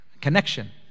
Connection